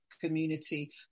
Community